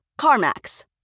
CarMax